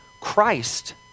Christ